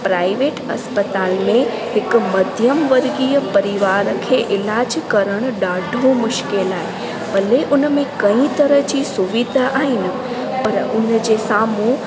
private अस्पताल में हिकु मध्यम वर्गीय परिवार खे इलाज करणु ॾाढो मुश्किल भले उनमें कई तरह जी सुविधा आहिनि पर उनजे साम्हूं